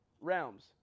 realms